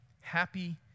happy